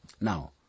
Now